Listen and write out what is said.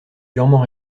durement